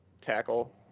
tackle